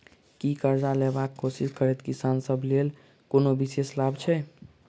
की करजा लेबाक कोशिश करैत किसान सब लेल कोनो विशेष लाभ छै?